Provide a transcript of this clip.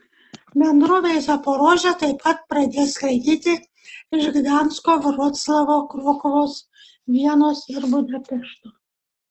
bendrovė į zaporožę taip pat pradės skraidyti iš gdansko vroclavo krokuvos vienos ir budapešto